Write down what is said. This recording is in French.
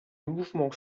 mouvement